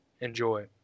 Enjoy